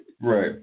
Right